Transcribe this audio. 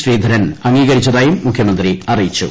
ശ്രീധരൻ അംഗീകരിച്ചതായും മുഖ്യമന്ത്രി അറിയിച്ചു